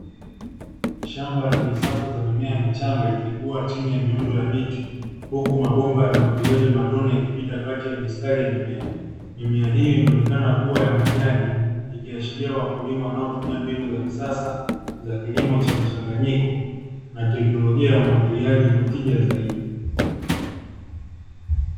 Shamba lenye safu za mimea michanga ikikua chini ya miundo ya miti, huku mabomba ya umwagiliaji matone yakipita kati ya mistari ya mimea. Mimea hiyo inaonekana kuwa ya majani, ikiashiria wakulima wanaotumia mbinu za kisasa za kilimo cha mchanganyiko na teknolojia ya umwagiliaji kwa tija zaidi.